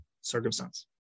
circumstance